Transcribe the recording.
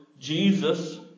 Jesus